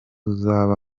uzaba